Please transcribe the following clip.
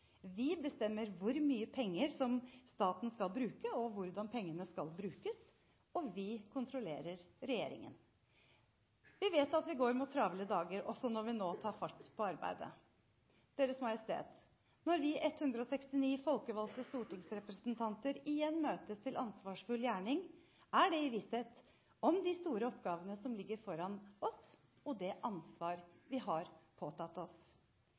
vi bestemmer hvor mye penger staten skal bruke, og hvordan pengene skal brukes, og vi kontrollerer regjeringen. Vi vet at vi går mot travle dager også når vi nå tar fatt på arbeidet. Deres Majestet! Når vi 169 folkevalgte stortingsrepresentanter igjen møtes til ansvarsfull gjerning, er det i visshet om de store oppgavene som ligger foran oss, og det ansvaret vi har påtatt oss.